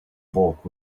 bulk